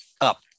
up